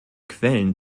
quellen